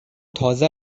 تازه